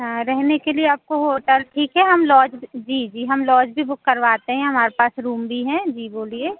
हाँ रहने के लिए आपको होटल ठीक है हम लॉज जी जी हम लॉज भी बुक करवाते हैं हमारे पास रूम भी हैं जी बोलिए